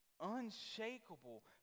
unshakable